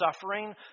suffering